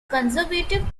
conservative